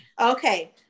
Okay